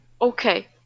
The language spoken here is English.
okay